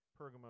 Pergamum